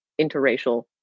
interracial